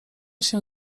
się